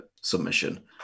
submission